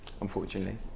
Unfortunately